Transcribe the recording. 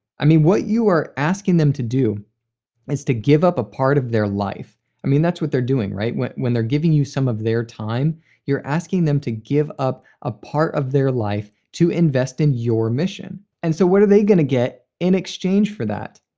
i mean what you are asking them to do is to give up a part of their life i mean that's what they're doing. when when they're giving you some of their time, and you're asking them to give up a part of their life to invest in your mission. and so what are they going to get in exchange for that?